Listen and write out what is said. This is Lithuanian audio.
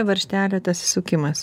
varžtelio tas įsukimas